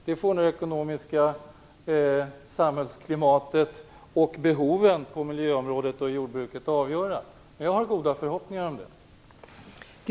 Detta får samhällsklimatet på det ekonomiska området och behoven på miljö och jordbruksområdena avgöra, men jag har goda förhoppningar på den punkten.